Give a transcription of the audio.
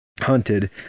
hunted